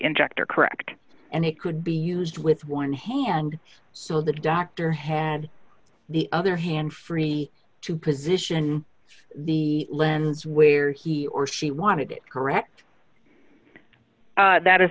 injector correct and they could be used with one hand so the doctor had the other hand free to position the lens where he or she wanted correct that is